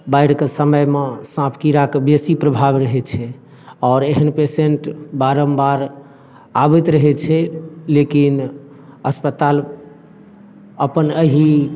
बाढ़िके समयमे साँप कीड़ाके बेसी प्रभाव रहै छै आओर एहन पेशेन्ट बारम्बार आबैत रहै छै लेकिन अस्पताल अपन एहि